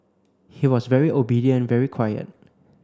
he was very obedient very quiet